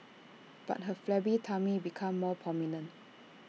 but her flabby tummy became more prominent